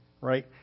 right